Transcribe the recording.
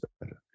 better